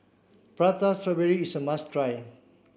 Prata Strawberry is a must try